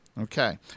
Okay